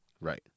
right